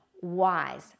wise